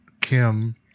kim